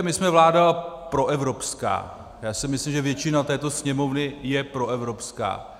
My jsme vláda proevropská, já si myslím, že většina této Sněmovny je proevropská.